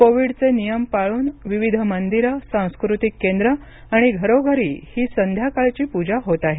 कोविडचे नियम पाळून विविध मंदिरं सास्कृतिक केंद्र आणि घरोघरी ही संध्याकाळची पूजा होत आहे